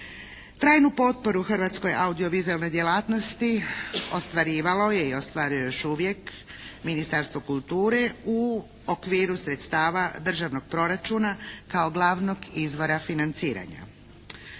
Trajnu potporu hrvatskoj audiovizualnoj djelatnosti ostvarivalo je i ostvaruje još uvijek Ministarstvo kulture u okviru sredstava državnog proračuna kao glavnog izvora financiranja.